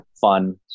fun